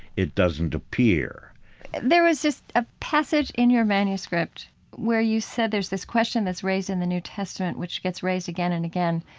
it doesn't appear there was just a passage in your manuscript where you said there's this question that's raised in the new testament, which gets raised again and again.